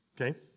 Okay